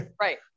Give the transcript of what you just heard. Right